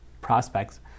prospects